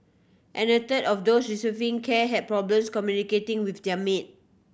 and a third of those receiving care had problems communicating with their maid